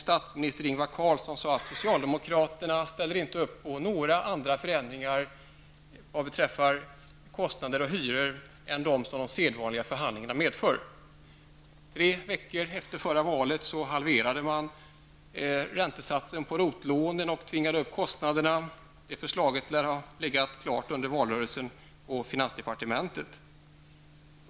Statsminister Ingvar Carlsson sade att socialdemokraterna inte ställer upp på några andra förändringar vad beträffar kostnader och hyror än vad de sedvanliga förhandlingarna medför. Tre veckor efter förra valet halverade man räntesatsen på ROT-lånen och tvingade upp kostnaderna. Förslaget lär ha legat klart på finansdepartementet under valrörelsen.